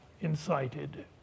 incited